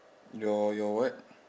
your your what